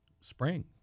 spring